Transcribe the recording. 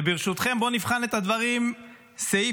ברשותכם, בואו נבחן את הדברים סעיף-סעיף,